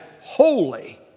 holy